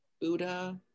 buddha